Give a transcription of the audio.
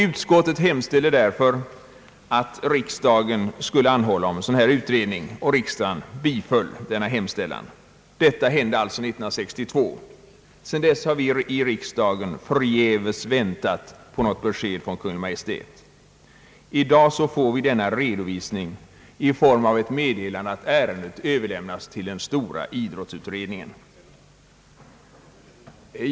Utskottet hemställde därför att riksdagen skulle anhålla om en sådan utredning, och riksdagen biföll denna hemställan. Detta hände alltså 1962. Sedan dess har vi i riksdagen förgäves väntat på besked från Kungl. Maj:t. I dag får vi detta besked i form av ett meddelande att ärendet överlämnats till den stora idrottsutredningen.